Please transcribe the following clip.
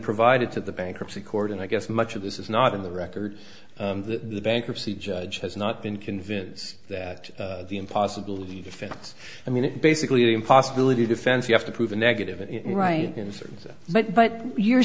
provided to the bankruptcy court and i guess much of this is not in the record the bankruptcy judge has not been convinced that the impossible the defense i mean it basically impossibility defense you have to prove a negative inference but but you're